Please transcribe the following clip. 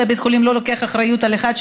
ובית החולים לא לוקח אחריות על 1,